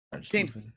James